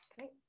Okay